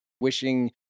wishing